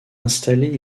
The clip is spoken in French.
installer